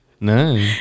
no